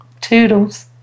toodles